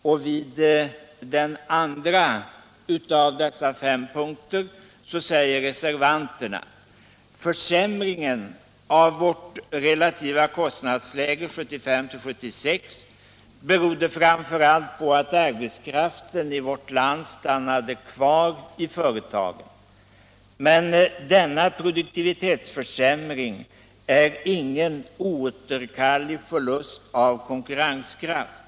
I den andra av dessa fem punkter säger reservanterna: ”Försämringen av vårt relativa kostnadsläge 1975-76 berodde framför allt på att arbetskraften i vårt land stannade kvar i företagen. Men denna produktivitetsförsämring är ingen oåterkallelig förlust av konkurrenskraft.